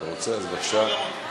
אתה רוצה, אז בבקשה.